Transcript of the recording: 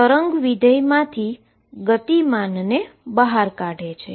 જે વેવ ફંક્ક્શનમાંથી મોમેન્ટમને ને બહાર કાઢે છે